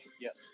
Yes